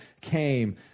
came